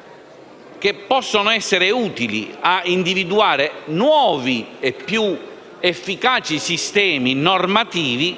fare considerazioni utili a individuare nuovi e più efficaci sistemi normativi